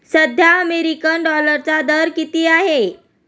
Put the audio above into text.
सध्या अमेरिकन डॉलरचा दर किती आहे?